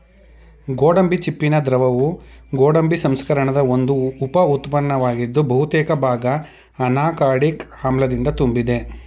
ಗೋಡಂಬಿ ಚಿಪ್ಪಿನ ದ್ರವವು ಗೋಡಂಬಿ ಸಂಸ್ಕರಣದ ಒಂದು ಉಪ ಉತ್ಪನ್ನವಾಗಿದ್ದು ಬಹುತೇಕ ಭಾಗ ಅನಾಕಾರ್ಡಿಕ್ ಆಮ್ಲದಿಂದ ತುಂಬಿದೆ